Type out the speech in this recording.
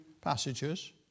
passages